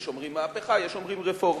יש אומרים מהפכה, יש אומרים רפורמה.